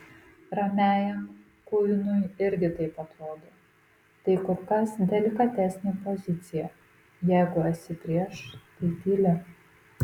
ramiajam kuinui irgi taip atrodo tai kur kas delikatesnė pozicija jeigu esi prieš tai tyli